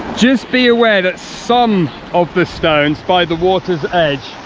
just be aware that some of the stones by the water's edge,